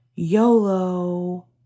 YOLO